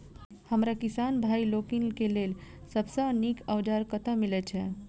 हमरा किसान भाई लोकनि केँ लेल सबसँ नीक औजार कतह मिलै छै?